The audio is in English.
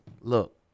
look